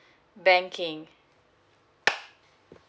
banking